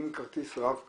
אם כרטיס רב קו,